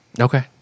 okay